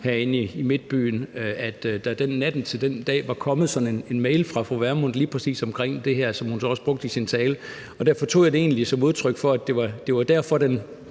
herinde i midtbyen, var kommet sådan en mail fru Pernille Vermund lige præcis omkring det her, som hun også havde med i sin tale. Derfor tog jeg det egentlig som udtryk for, at det var derfor,